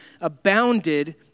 abounded